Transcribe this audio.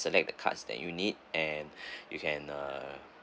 select the cards that you need and you can uh